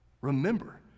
Remember